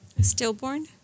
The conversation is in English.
Stillborn